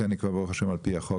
כי אני ברוך השם על פי החוק,